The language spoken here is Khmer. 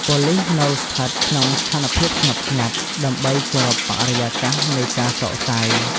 ប៉ូលិសនៅស្ថិតក្នុងស្ថានភាពស្ងប់ស្ងាត់់ ដើម្បីគោរពបរិយាកាសនៃការសោកសៅ។